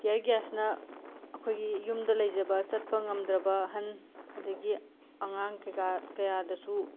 tear ꯒꯦꯁꯅ ꯑꯩꯈꯣꯏꯒꯤ ꯌꯨꯝꯗ ꯂꯩꯖꯕ ꯆꯠꯄ ꯉꯝꯗ꯭ꯔꯕ ꯑꯍꯟ ꯑꯗꯒꯤ ꯑꯉꯥꯡ ꯀꯩ ꯀꯥ ꯀꯌꯥꯗꯁꯨ